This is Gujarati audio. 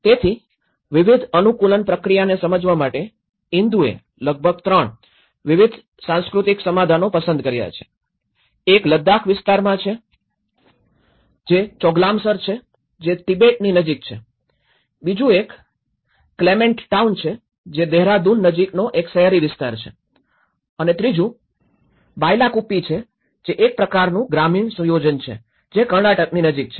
તેથી વિવિધ અનુકૂલન પ્રક્રિયાને સમજવા માટે ઇન્દુએ લગભગ ૩ વિવિધ સાંસ્કૃતિક સમાધાનો પસંદ કર્યા છે એક લદ્દાખ વિસ્તારમાં છે જે ચોગલામસર છે જે તિબેટની નજીક છે બીજુ એક ક્લેમેન્ટ ટાઉન છે જે દેહરાદૂન નજીકનો એક શહેરી વિસ્તાર છે અને ત્રીજું બાયલાકુપ્પી છે જે એક પ્રકારનું ગ્રામીણ સુયોજન છે જે કર્ણાટકની નજીક છે